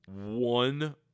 one